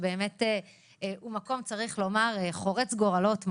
שהוא מקום חורץ גורלות,